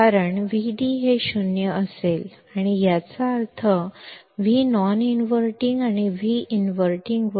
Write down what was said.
कारण Vd हे 0 असेल आणि याचा अर्थ Vnon inverting आणि Vinverting voltages समान आहेत